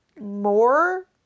more